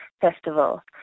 Festival